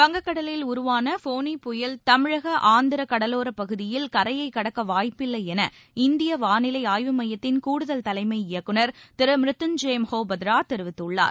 வங்கக்கடலில் உருவான ஃபோனி புயல் தமிழக ஆந்திரா கடலோரப் பகுதியில் கரையைக் கடக்க வாய்ப்பில்லை என இந்திய வானிலை ஆய்வு மையத்தின் கூடுதல் தலைமை இயக்குநர் திரு ம்ருத்யஞ்செய் மொஹபத்ரா தெரிவித்துள்ளார்